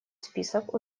список